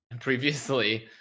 previously